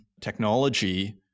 technology